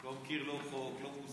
הוא לא מכיר לא חוק, לא מוסר.